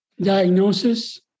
diagnosis